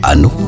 Anu